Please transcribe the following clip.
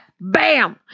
bam